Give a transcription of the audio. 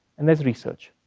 and there's research.